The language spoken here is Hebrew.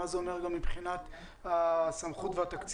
מה זה אומר גם מבחינת הסמכות והתקציבים,